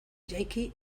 jaiki